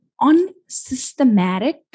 unsystematic